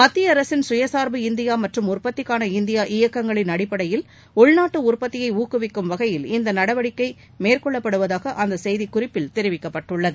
மத்திய அரசின் சுயசார்பு இந்தியா மற்றும் உற்பத்திக்கான இந்தியா இயக்கங்களின் அடிப்படையில் உள்நாட்டு உற்பத்தியை உக்குவிக்கும் வகையில் இந்த நடவடிக்கை மேற்கொள்ளப்படுவதாக அந்த செய்தி குறிப்பில் தெரிவிக்கப்பட்டுள்ளது